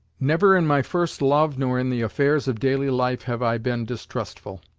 never, in my first love, nor in the affairs of daily life have i been distrustful,